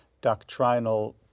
doctrinal